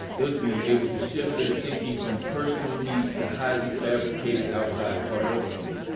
thus being able to shift their thinking from personal needs to highly fabricated outside priorities.